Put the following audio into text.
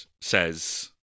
says